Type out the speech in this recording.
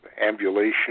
ambulation